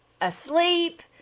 asleep